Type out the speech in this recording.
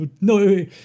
No